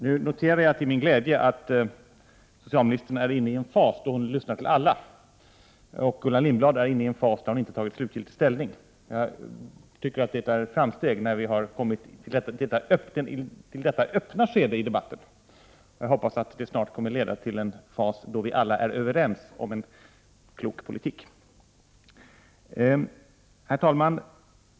Jag noterar till min glädje att socialministern är inne i en fas då hon lyssnar på alla och att Gullan Lindblad är inne i en fas där hon inte har tagit slutgiltig ställning. Jag tycker att det är ett framsteg när vi har kommit till detta öppna skede i debatten, och jag hoppas att detta snart kommer att leda till en fas där vi alla är överens om en klok politik. Herr talman!